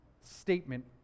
statement